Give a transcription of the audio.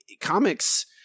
comics